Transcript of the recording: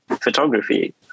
photography